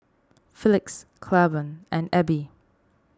Felix Claiborne and Ebbie